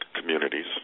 communities